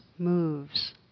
moves